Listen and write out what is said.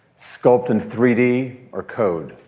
sculpt in three d or code,